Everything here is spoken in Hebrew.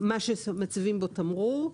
מה שמציבים בו תמרור,